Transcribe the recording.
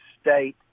State